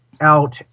out